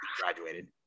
graduated